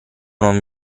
non